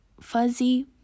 fuzzy